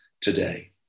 today